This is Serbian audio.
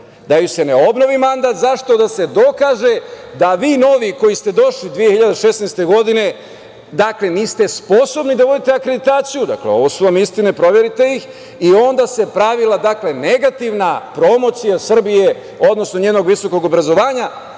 da joj se ne obnovi mandat. Zašto? Da se dokaže da vi novi koji ste došli 2016. godine niste sposobni da vodite akreditaciju. Dakle ovo su vam istine, proverite ih i onda se pravila negativna promocija Srbije, odnosno njenog visokog obrazovanja